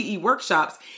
workshops